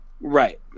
Right